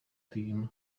tým